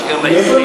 יש לנו.